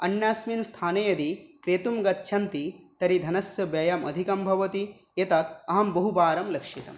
अन्यस्मिन् स्थाने यदि क्रेतुं गच्छन्ति तर्हि धनस्य व्ययम् अधिकं भवति एतत् अहं बहुवारं लक्षितम्